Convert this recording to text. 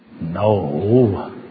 No